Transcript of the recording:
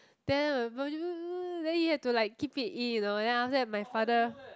then my then he had to like keep it in you know then like after that my father